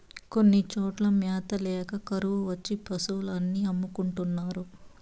కొన్ని చోట్ల మ్యాత ల్యాక కరువు వచ్చి పశులు అన్ని అమ్ముకుంటున్నారు